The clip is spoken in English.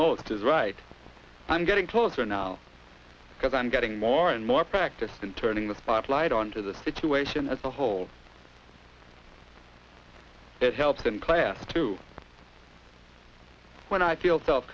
almost as right i'm getting closer now because i'm getting more and more practiced in turning the spotlight on to the situation as a whole it helps in class to when i feel self